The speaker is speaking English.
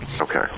Okay